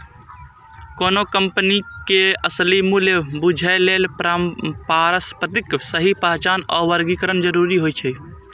कोनो कंपनी के असली मूल्य बूझय लेल परिसंपत्तिक सही पहचान आ वर्गीकरण जरूरी होइ छै